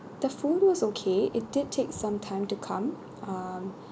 the food was okay it did take some time to come um